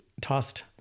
tossed